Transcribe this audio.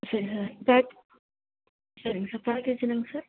சரி sir pack சரிங்க sir பேக்கேஜ்னாங்க சார்